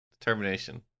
determination